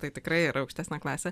tai tikrai yra aukštesnė klasė